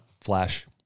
Flash